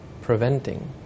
preventing